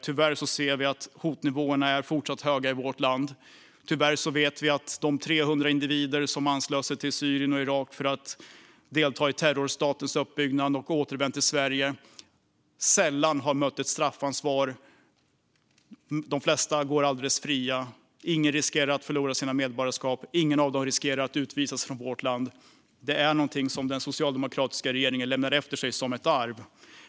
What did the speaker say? Tyvärr ser vi att hotnivåerna i vårt land fortsatt är höga. Tyvärr vet vi att de 300 individer som reste till Syrien och Irak för att delta i terrorstatens uppbyggnad och sedan återvände till Sverige sällan har fått möta straffansvar. De flesta går helt fria. Ingen av dem riskerar att förlora sitt medborgarskap. Ingen av dem riskerar att utvisas från vårt land. Detta är något som den socialdemokratiska regeringen lämnar efter sig som ett arv.